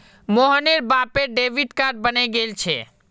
मोहनेर बापेर debit card बने गेल छे